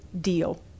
deal